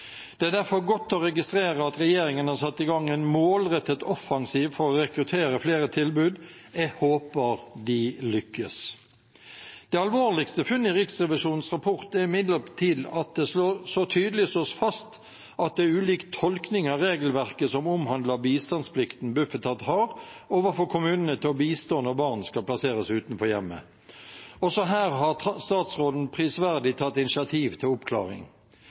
Det er derfor godt å registrere at regjeringen har satt i gang en målrettet offensiv for å rekruttere flere tilbud. Jeg håper de lykkes. Det alvorligste funnet i Riksrevisjonens rapport er imidlertid at det så tydelig slås fast at det er ulik tolkning av regelverket som omhandler bistandsplikten Bufetat har overfor kommunene til å bistå når barn skal plasseres utenfor hjemmet. Også her har statsråden prisverdig tatt initiativ til oppklaring.